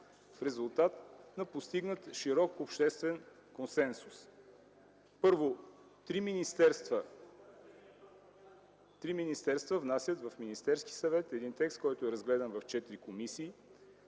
в резултат на постигнат широк обществен консенсус. Първо, три министерства внасят в Министерския съвет един текст, който е разгледан в четири комисии,